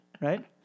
right